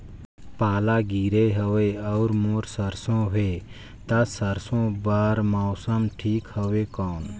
पाला गिरे हवय अउर मोर सरसो हे ता सरसो बार मौसम ठीक हवे कौन?